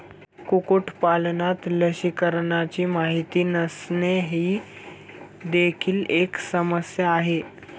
कुक्कुटपालनात लसीकरणाची माहिती नसणे ही देखील एक समस्या आहे